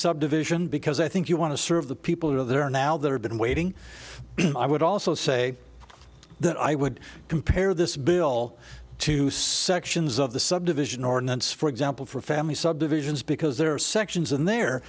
subdivision because i think you want to serve the people who are there now that have been waiting i would also say that i would compare this bill to sections of the subdivision ordinance for example for family subdivisions because there are sections in there